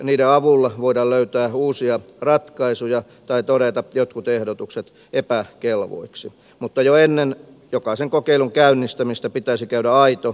niiden avulla voidaan löytää uusia ratkaisuja tai todeta jotkut ehdotukset epäkelvoiksi mutta jo ennen jokaisen kokeilun käynnistämistä pitäisi käydä aito kriittinen keskustelu